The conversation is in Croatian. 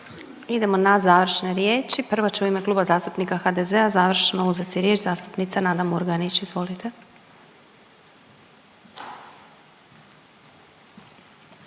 Idemo na završne riječi. Prvo će u ime Kluba zastupnika HDZ-a završno uzeti riječ zastupnica Nada Murganić, izvolite.